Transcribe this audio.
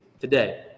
today